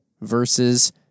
versus